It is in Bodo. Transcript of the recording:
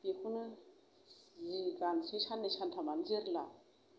बेखौनो जि गाननोसै साननै सानथामानो जोरला